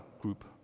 group